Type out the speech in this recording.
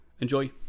Enjoy